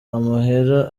amahera